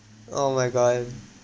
oh my god